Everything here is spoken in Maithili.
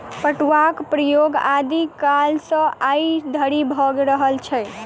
पटुआक प्रयोग आदि कालसँ आइ धरि भ रहल छै